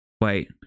Wait